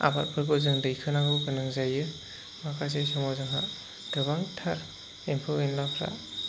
आबादफोरखौ जों दैखांनांगौ गोनां जायो माखासे समाव जोंहा गोबांथार एम्फौ एनलाफोरा